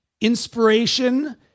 inspiration